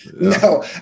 No